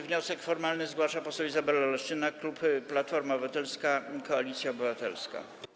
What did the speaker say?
Wniosek formalny zgłasza poseł Izabela Leszczyna, klub Platforma Obywatelska - Koalicja Obywatelska.